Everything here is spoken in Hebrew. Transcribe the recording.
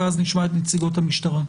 אחר כך נשמע את נציגות המשטרה.